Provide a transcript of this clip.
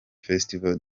festival